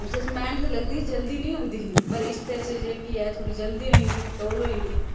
उसदे च मैह्नत लगदी ही जल्दी नेईं होंदी ही पर इसदे च जेह्की ऐ थोह्ड़ी जल्दी होई जंदी तौल होई जंदी